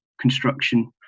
construction